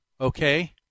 okay